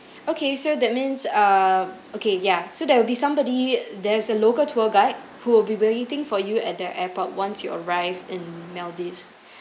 okay so that means err okay ya so that would be somebody there's a local tour guide who will be waiting for you at the airport once you arrive in maldives